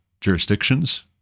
jurisdictions